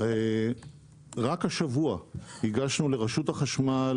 רק השבוע הגשנו לרשות החשמל,